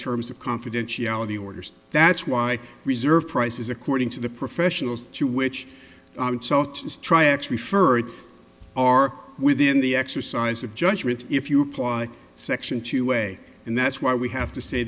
terms of confidentiality orders that's why i reserve prices according to the professionals to which is tri x referred are within the exercise of judgment if you apply section two way and that's why we have to say